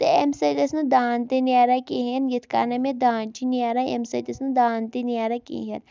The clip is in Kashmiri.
تہٕ امہِ سۭتۍ ٲسۍ نہٕ دانہِ تہِ نیران کِہیٖنۍ یِتھ کَٔنَۍ مےٚ دانہِ چھِ نیران امہِ سۭتۍ ٲس نہٕ دانہٕ تہِ نیران کِہیٖنۍ